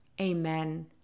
Amen